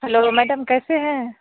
hello madam कैसे हैं